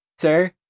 sir